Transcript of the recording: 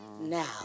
Now